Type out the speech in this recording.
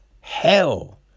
hell